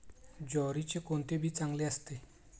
ज्वारीचे कोणते बी चांगले असते?